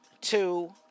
two